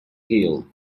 hill